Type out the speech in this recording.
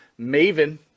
Maven